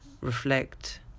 reflect